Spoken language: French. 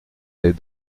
des